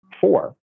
Four